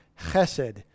chesed